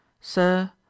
sir